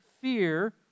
fear